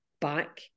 back